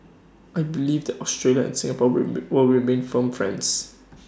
I believe that Australia and Singapore will will remain firm friends